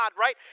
right